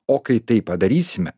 o kai tai padarysime